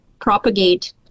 propagate